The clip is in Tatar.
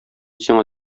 сиңа